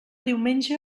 diumenge